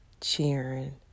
cheering